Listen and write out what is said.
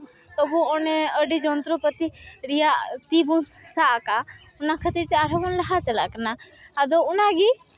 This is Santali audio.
ᱟᱵᱚ ᱚᱱᱮ ᱟᱹᱰᱤ ᱡᱚᱱᱛᱨᱚ ᱯᱟᱹᱛᱤ ᱨᱮᱭᱟᱜ ᱛᱤ ᱵᱚᱱ ᱥᱟᱵ ᱠᱟᱜᱼᱟ ᱚᱱᱟ ᱠᱷᱟᱹᱛᱤᱨ ᱛᱮ ᱟᱨᱦᱚᱸ ᱵᱚᱱ ᱞᱟᱦᱟ ᱪᱟᱞᱟᱜ ᱠᱟᱱᱟ ᱟᱫᱚ ᱚᱱᱟᱜᱮ